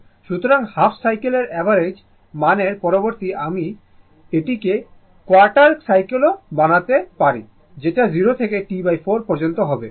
সুতরাং half cycle average মানের পরিবর্তে আমরা এটিকে কোয়ার্টার সাইকেলও বানাতে পারি যেটা 0 থেকে T4 পর্যন্ত হবে